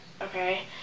okay